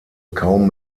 kaum